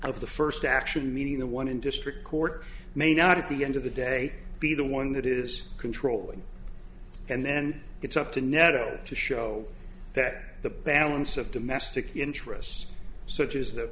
the first action meaning the one in district court may not at the end of the day be the one that is controlling and then it's up to nettle to show that the balance of domestic interests such as the